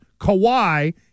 Kawhi